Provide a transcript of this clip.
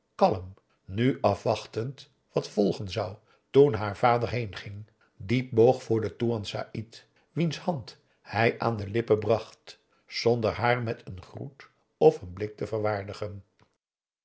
kalm nu afwachtend wat volgen zou toen haar vader heenging diep boog voor den toean saïd wiens hand hij aan z'n lippen bracht zonder haar met een groet of een blik te verwaardigen